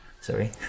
sorry